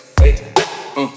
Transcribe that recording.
wait